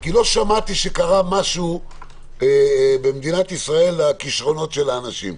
כי לא שמעתי שקרה משהו במדינת ישראל לכישרונות של האנשים,